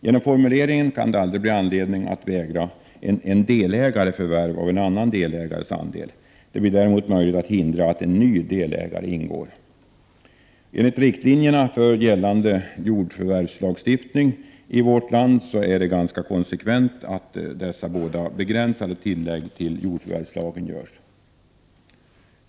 Genom formuleringen kan det aldrig blij anledning att vägra en delägare förvärv av en annan delägares andel. Det blir] däremot möjligt att hindra att en ny delägare tillkommer. Enligt riktlinjerna för gällande jordförvärvslagstiftning i vårt land är detj ganska konsekvent att dessa båda begränsade tillägg till jordförvärvslagen| görs.